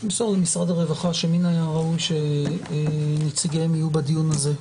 --- מסור למשרד הרווחה שמן הראוי שנציגיהם יהיו בדיון הזה.